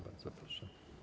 Bardzo proszę.